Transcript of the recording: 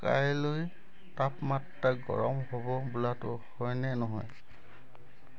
কাইলৈৰ তাপমাত্ৰা গৰম হ'ব বোলাটো হয় নে নহয়